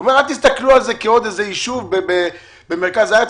הוא אמר שאל תסתכלו על זה כעוד איזה יישוב במרכז הארץ.